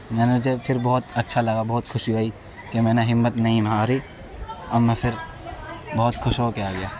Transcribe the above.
میں نے جب پھر بہت اچھا لگا بہت خوشی ہوئی کہ میں نے ہمت نہیں نہ ہاری اور میں پھر بہت خوش ہو کے آ گیا